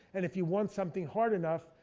and if you want something hard enough,